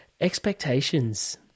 expectations